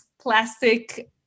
plastic